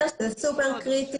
זה סופר קריטי.